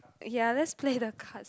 okay I'll just play the cards